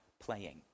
playing